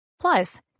plus